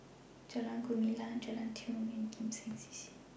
Jalan Gumilang Jalan Tiong and Kim Seng C C